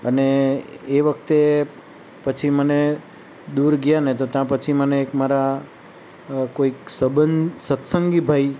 અને એ વખતે પછી મને દૂર ગયા ને તો ત્યાં પછી મને એક ત્યાં મારા કોઈક સબંધ સત્સંગી ભાઈ